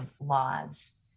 laws